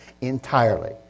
entirely